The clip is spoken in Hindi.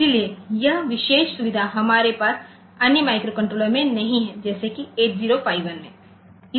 इसलिए यह विशेष सुविधा हमारे पास अन्य माइक्रोकंट्रोलर में नहीं है जैसे कि 8051 में